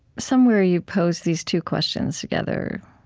somewhere, you pose these two questions together,